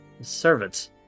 servants